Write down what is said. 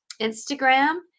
Instagram